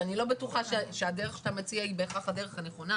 שאני לא בטוחה שהדרך שאתה מציע היא בהכרח הדרך הנכונה.